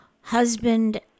husband